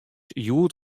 hjoed